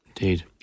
Indeed